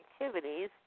activities